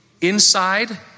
inside